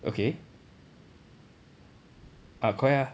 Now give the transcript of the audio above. okay ah correct ah